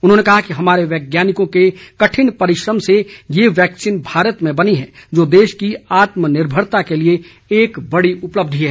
उन्होंने कहा कि हमारे वैज्ञानिकों के कठिन परिश्रम से ये वैक्सीन भारत में बनी है जो देश की आत्मनिर्भरता के लिए एक बड़ी उपलब्धि है